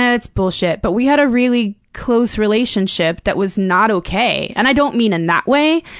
that's bullshit, but we had a really close relationship that was not okay. and i don't mean in that way,